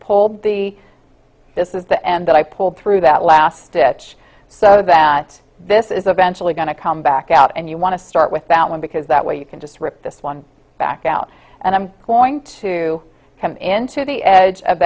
pulled the this is the end that i pulled through that last ditch so that this is eventual going to come back out and you want to start with that one because that way you can just rip this one back out and i'm going to come into the edge of